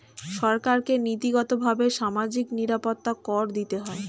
সরকারকে নীতিগতভাবে সামাজিক নিরাপত্তা কর দিতে হয়